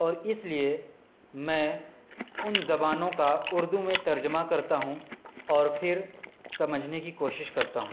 اور اس لیے میں ان زبانوں کا اردو میں ترجمہ کرتا ہوں اور پھر سمجھنے کی کوشش کرتا ہوں